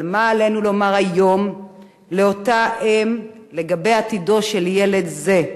אבל מה עלינו לומר היום לאותה אם לגבי עתידו של ילד זה,